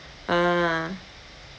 ah